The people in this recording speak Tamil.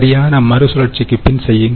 சரியான மறுசுழற்சிக்கு பின் செய்யுங்கள்